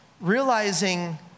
realizing